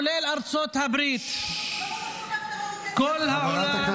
כולל ארצות הברית ------ חלאס כבר,